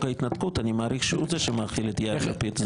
ההתנתקות אני מעריך שהוא זה שמאכיל את יאיר לפיד.